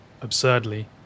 absurdly